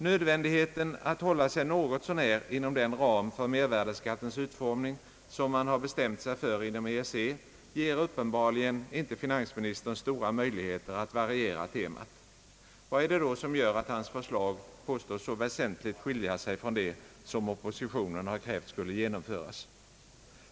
Nödvändigheten att hålla sig något så när inom den ram för mervärdeskattens utformning som man bestämt sig för inom EEC ger uppenbarligen inte finansministern stora möjligheter att variera temat. Vad är det då som gör att hans förslag påstås så väsentligt skilja sig från det som oppositionen har krävt skulle genomföras?